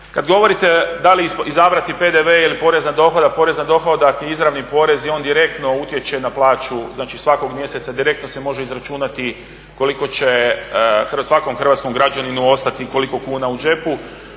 Kad govorite da li izabrati PDV ili porez na dohodak, porez na dohodak je izravni porez i on direktno utječe na plaću znači svakog mjeseca direktno se može izračunati koliko će svakom hrvatskom građaninu ostati kuna u džepu.